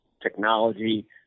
technology